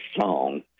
song